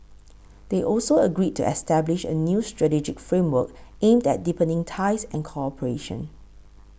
they also agreed to establish a new strategic framework aimed at deepening ties and cooperation